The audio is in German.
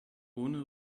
ohne